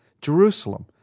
Jerusalem